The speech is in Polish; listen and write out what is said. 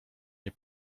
nie